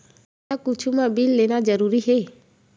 हमला कुछु मा बिल लेना जरूरी हे?